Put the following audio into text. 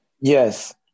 Yes